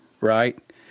right